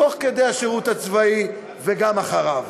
תוך כדי השירות הצבאי וגם אחריו.